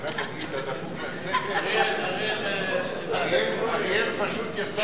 רע"ם-תע"ל חד"ש להביע אי-אמון בממשלה לא נתקבלה.